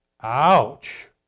Ouch